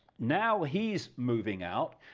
now he's moving out,